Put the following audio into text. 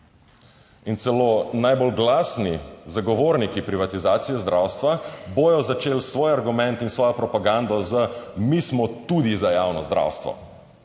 In celo najbolj glasni zagovorniki privatizacije zdravstva bodo začeli svoj argument in svojo propagando z: "Mi smo tudi za javno zdravstvo."